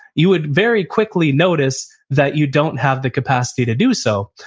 you would very quickly notice that you don't have the capacity to do so,